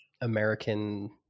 American